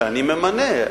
שאני ממנה.